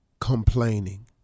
complaining